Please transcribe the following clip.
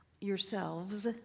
yourselves